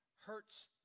hurts